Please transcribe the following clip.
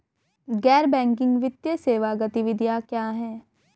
गैर बैंकिंग वित्तीय सेवा गतिविधियाँ क्या हैं?